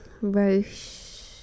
Roche